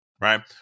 right